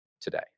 today